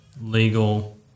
legal